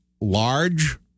large